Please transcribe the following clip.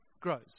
grows